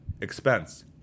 Expense